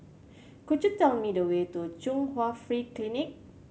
could you tell me the way to Chung Hwa Free Clinic